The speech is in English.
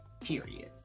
Period